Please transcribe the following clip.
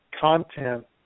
content